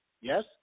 Yes